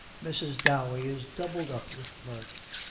mrs. dowey is doubled up with mirth.